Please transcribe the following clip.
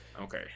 okay